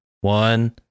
One